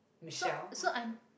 so so i'm